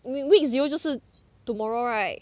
we week zero 就是 tomorrow right